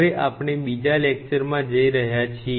હવે આપ ણે બીજા લેક્ચરમાં જઈ રહ્યા છીએ